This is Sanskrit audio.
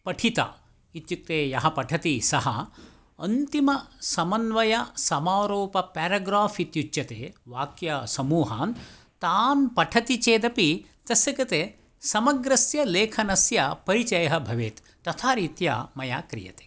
पठिता इत्युक्ते यः पठति सः अन्तिमसमन्वयसमारोप पाराग्राफ् इत्युच्यते वाक्यसमूहान् तान् पठति चेदपि तस्य कृते समग्रस्य लेखनस्य परिचयः भवेद् तथा रीत्या मया क्रियते